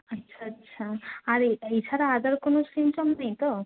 আচ্ছা আচ্ছা আর এ এই ছাড়া আদার কোনো সিম্পটম নেই তো